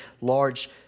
large